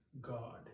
God